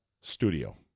studio